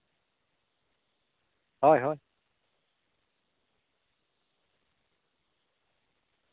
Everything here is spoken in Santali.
ᱦᱳᱭ ᱦᱳᱭ